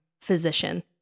Physician